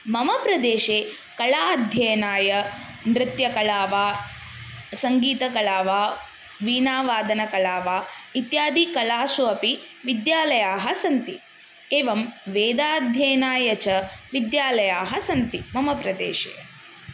मम प्रदेशे कलाध्ययनाय नृत्यकला वा सङ्गीतकला वा वीणावादनकला वा इत्यादि कलाष्वपि विद्यालयाः सन्ति एवं वेदाध्ययनाय च विद्यालयाः सन्ति मम प्रदेशे